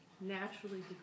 naturally